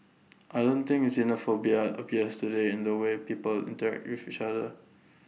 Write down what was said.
I don't think xenophobia appears today in the way people interact with each other